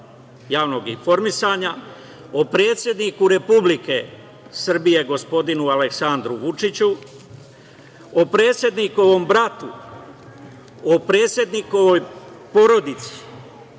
javnog informisanja o predsedniku Republike Srbije, gospodinu Aleksandru Vučiću, o predsednikovom bratu, o predsednikovoj porodici,